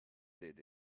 did